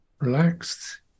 Relaxed